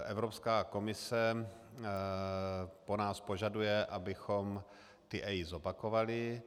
Evropská komise po nás požaduje, abychom ty EIA zopakovali.